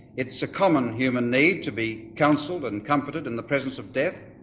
it's a common human need to be counselled and comforted in the presence of death,